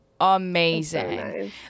amazing